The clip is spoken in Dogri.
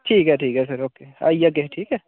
ठीक ऐ ठीक ऐ सर ओके आई जाह्गे ठीक ऐ